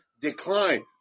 decline